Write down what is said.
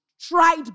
tried